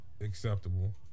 acceptable